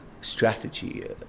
strategy